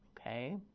Okay